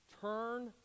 turn